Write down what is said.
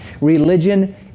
Religion